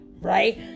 right